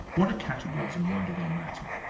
what are categories and why do they matter?